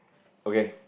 okay